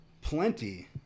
plenty